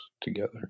together